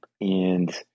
and-